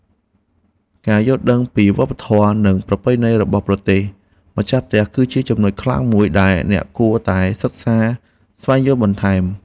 ការយល់ដឹងពីវប្បធម៌និងប្រពៃណីរបស់ប្រទេសម្ចាស់ផ្ទះគឺជាចំណុចខ្លាំងមួយដែលអ្នកគួរតែសិក្សាស្វែងយល់បន្ថែម។